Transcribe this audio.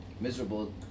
miserable